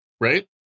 right